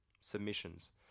submissions